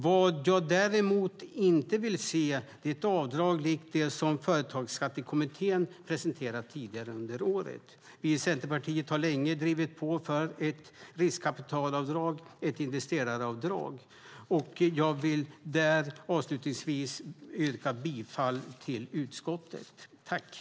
Vad jag däremot inte vill se är ett avdrag likt det som Företagsskattekommittén presenterade tidigare under året. Vi i Centerpartiet har länge drivit på för ett riskkapitalavdrag, ett investeraravdrag. Jag vill till slut yrka bifall till utskottets förslag.